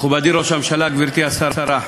מכובדי ראש הממשלה, גברתי השרה,